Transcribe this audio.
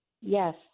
Yes